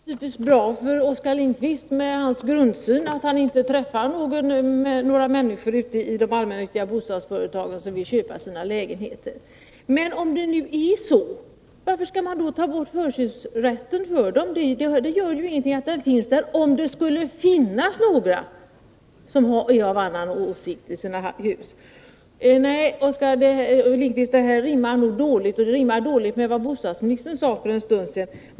Fru talman! Det är naturligtvis bra för Oskar Lindkvist med hans grundsyn att han inte träffar några människor ute i de allmännyttiga bostadsföretagen som vill köpa sina lägenheter. Om det nu inte finns några sådana människor, varför skall man då ta bort förköpsrätten? Det gör ju ingenting om den rätten är kvar, om det skulle finnas några som är av en annan åsikt när det gäller deras hus. Nej, Oskar Lindkvist, detta resonemang går inte ihop, och det rimmar dåligt med vad bostadsministern sade för en stund sedan.